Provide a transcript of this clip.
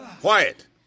Quiet